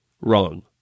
wrong